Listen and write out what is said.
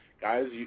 Guys